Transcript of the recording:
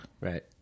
right